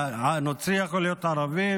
נוצרי יכול להיות ערבי,